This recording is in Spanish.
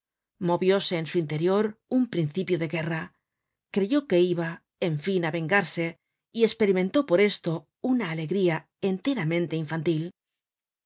movióse en su interior un principio de guerra creyó que iba en fin á vengarse y esperimentó por esto una alegría enteramente infantil